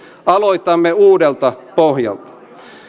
aloitamme uudelta pohjalta